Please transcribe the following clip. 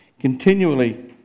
Continually